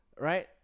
right